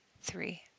three